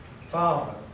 Father